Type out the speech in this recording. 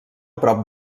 prop